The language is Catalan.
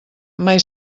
mai